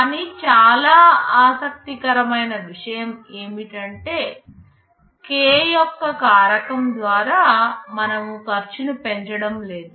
కానీ చాలా ఆసక్తికరమైన విషయం ఏమిటంటే k యొక్క కారకం ద్వారా మనము ఖర్చును పెంచడం లేదు